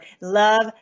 love